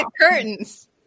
curtains